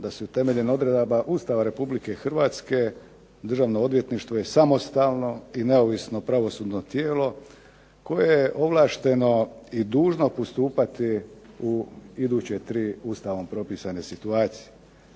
da su temeljem odredaba Ustava RH Državno odvjetništvo je samostalno i neovisno pravosudno tijelo koje je ovlašteno i dužno postupati u iduće tri Ustavom propisane situacije.